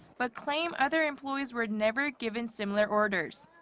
but claim other employees were never given similar orders.